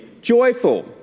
joyful